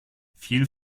viel